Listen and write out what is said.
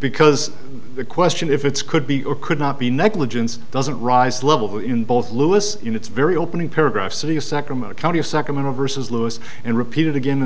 because the question if it's could be or could not be negligence doesn't rise level in both lewis in its very opening paragraph city of sacramento county of sacramento versus lewis and repeated again in